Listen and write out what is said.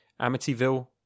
Amityville